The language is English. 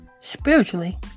Spiritually